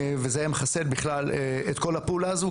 וזה היה מחסל בכלל את כל הפעולה הזאת,